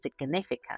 significant